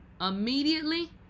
immediately